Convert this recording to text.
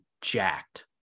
jacked